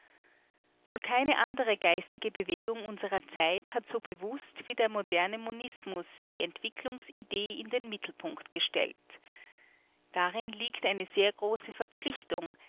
wohl keine andere geistige bewegung unserer zeit hat so bewußt wie der moderne monismus die entwicklungsidee in den mittelpunkt gestellt darin liegt eine sehr große verpflichtung